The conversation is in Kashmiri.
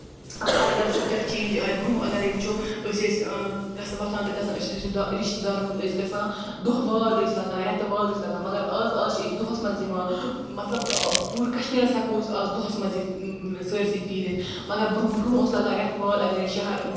اَگر وٕچھو کیاہ چٮ۪نج آیہِ برونہہ اَگرے وٕچھو أسۍ ٲسۍ وۄتھان تہٕ گژھان ٲسۍ رِشتٔدارَن ہُند ٲسۍ گژھان دۄہواد ٲسۍ لگان رٮ۪تہٕ واد ٲسۍ لگان مَگر آز آز چھِ أسۍ دۄہَس منٛز یِوان مطلب پوٗرٕ کَشمیٖرَس منٛز ہٮ۪کَو أسۍ آز دۄہَس منٛز یِتھ سٲرسٕے پھیٖرِتھ مَگر برونہہ برونہہ اوس لَگان رٮ۪تہٕ واد اَگرے شَہر